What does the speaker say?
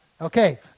Okay